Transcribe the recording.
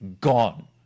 gone